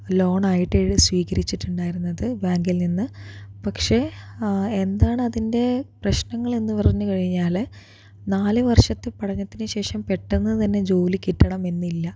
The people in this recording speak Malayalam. ലോൺ ആയിട്ട് സ്വീകരിച്ചിട്ടുണ്ടായിരുന്നത് ബാങ്കിൽ നിന്ന് പക്ഷെ എന്താണ് അതിൻ്റെ പ്രശ്നങ്ങൾ എന്ന് പറഞ്ഞു കഴിഞ്ഞാല് നാലുവർഷത്തെ പഠനത്തിനുശേഷം പെട്ടെന്ന് തന്നെ ജോലി കിട്ടണമെന്നില്ല